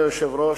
היושב-ראש,